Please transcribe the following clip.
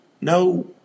no